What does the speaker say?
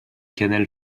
canal